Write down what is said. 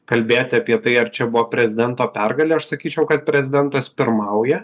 kalbėti apie tai ar čia buvo prezidento pergalė aš sakyčiau kad prezidentas pirmauja